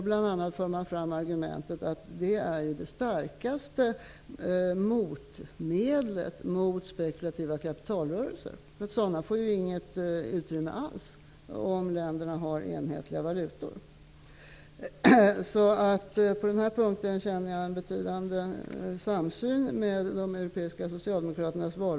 Bl.a. för man fram argumentet att det är det starkaste motmedlet mot spekulativa kapitalrörelser. Sådana får inget utrymme alls, om länderna ha enhetliga valutor. På denna punkt upplever jag betydande samsyn med de europeiska socialdemokraterna.